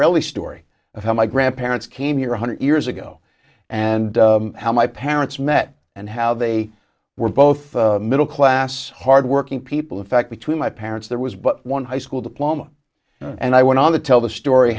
reli story of how my grandparents came here one hundred years ago and how my parents met and how they were both middle class hardworking people in fact between my parents there was but one high school diploma and i went on the tell the story